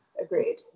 Agreed